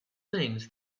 things